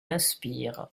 inspire